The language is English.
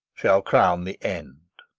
shall crown the end.